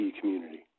community